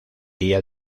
día